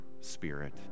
Spirit